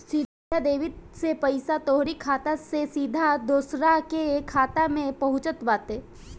सीधा डेबिट से पईसा तोहरी खाता से सीधा दूसरा के खाता में पहुँचत बाटे